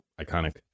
iconic